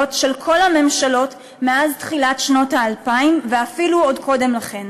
של כל הממשלות מאז תחילת שנות האלפיים ואפילו עוד קודם לכן.